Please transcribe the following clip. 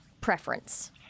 preference